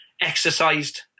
exercised